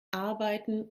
arbeiten